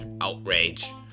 outrage